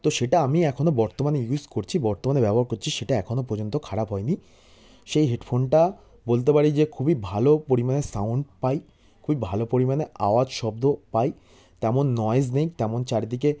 তো সেটা আমি এখনও বর্তমানে ইউজ করছি বর্তমানে ব্যবহার করছি সেটা এখনও পর্যন্ত খারাপ হয়নি সেই হেডফোনটা বলতে পারি যে খুবই ভালো পরিমাণে সাউন্ড পাই খুবই ভালো পরিমাণে আওয়াজ শব্দ পাই তেমন নয়েজ নেই তেমন চারিদিকে